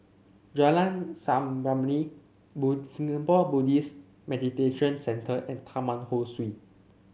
Jalan Samarinda Singapore Buddhist Meditation Centre and Taman Ho Swee